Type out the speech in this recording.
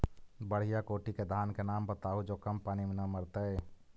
बढ़िया कोटि के धान के नाम बताहु जो कम पानी में न मरतइ?